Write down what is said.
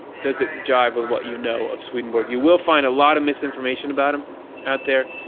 does it jive with what you know of swedenborg. you will find a lot of misinformation about him out there.